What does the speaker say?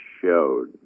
showed